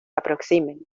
aproximen